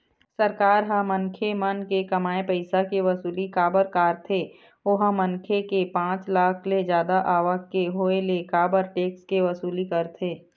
सरकार ह मनखे मन के कमाए पइसा के वसूली काबर कारथे ओहा मनखे के पाँच लाख ले जादा आवक के होय ले काबर टेक्स के वसूली करथे?